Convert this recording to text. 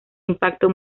impacto